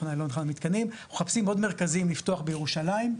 מרכזים לפתוח בירושלים,